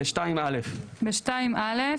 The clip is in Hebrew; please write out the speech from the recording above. '2(א)